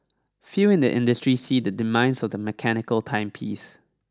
few in the industry see the demise of the mechanical timepiece